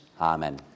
amen